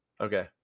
okay